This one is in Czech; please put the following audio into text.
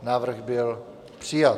Návrh byl přijat.